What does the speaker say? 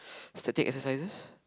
static exercises